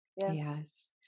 Yes